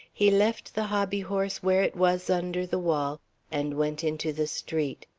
he left the hobbyhorse where it was under the wall and went into the street.